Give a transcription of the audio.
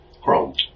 Chrome